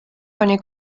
pani